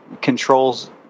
controls